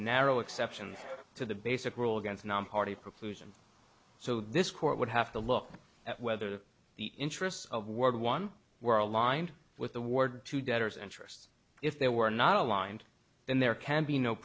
narrow exceptions to the basic rule against nonparty preclusion so this court would have to look at whether the interests of world one were aligned with the ward two debtors interests if they were not aligned then there can be no